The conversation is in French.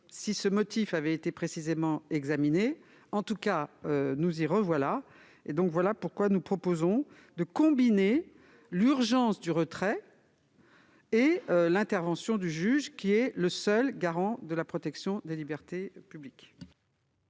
si ce motif a été précisément examiné. En tout cas, nous y voilà de nouveau : nous proposons de combiner l'urgence du retrait et l'intervention du juge, qui est le seul garant de la protection des libertés publiques.